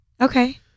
Okay